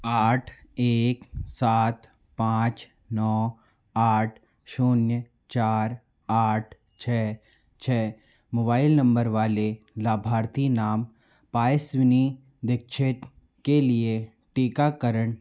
आठ एक सात पाँच नौ आठ शून्य चार आठ छ छ मोबाइल नंबर वाले लाभार्थी नाम पायस्विनी दीक्षित के लिए टीकाकरण